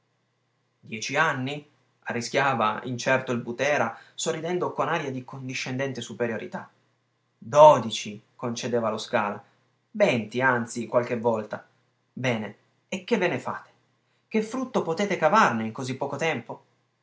dieci anni arrischiava incerto il butera sorridendo con aria di condiscendente superiorità dodici concedeva lo scala venti anzi qualche volta bene e che ve ne fate che frutto potete cavarne in così poco tempo